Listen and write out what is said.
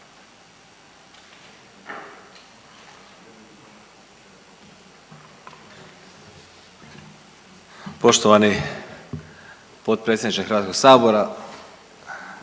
Poštovani potpredsjedniče Hrvatskog sabora,